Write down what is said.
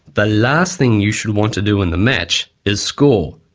the last thing you should want to do in the match is score,